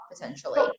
potentially